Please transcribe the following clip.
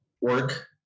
work